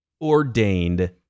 ordained